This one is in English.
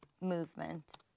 movement